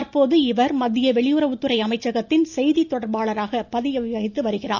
தற்போது இவர் மத்திய வெளியுறவுத்துறை அமைச்சகத்தின் செய்தி தொடர்பாளராக பணியாற்றி வருகிறார்